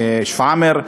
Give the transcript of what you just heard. משפא-עמר,